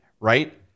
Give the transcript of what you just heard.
right